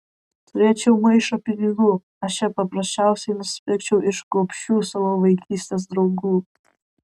turėčiau maišą pinigų aš ją paprasčiausiai nusipirkčiau iš gobšių savo vaikystės draugų